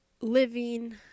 living